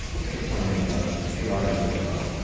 what your plans are, what your arguments are,